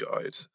guide